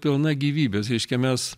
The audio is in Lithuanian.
pilna gyvybės reiškia mes